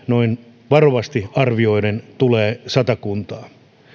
noin varovasti arvioiden lähes seitsemänsataa työtöntä satakuntaan